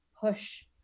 push